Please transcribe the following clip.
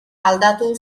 aldatu